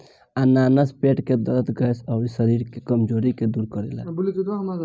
अनानास पेट के दरद, गैस, अउरी शरीर के कमज़ोरी के दूर करेला